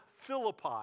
Philippi